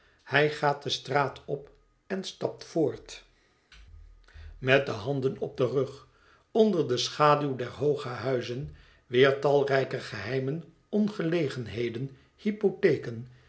hij gaat de straat op en stapt voort met de ga niet naar huis handen op den rug onder de schaduw der hooge huizen wier talrijke geheimen ongelegenheden hypotheken